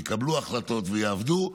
יקבלו החלטות ויעבדו.